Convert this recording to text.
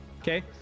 okay